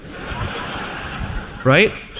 Right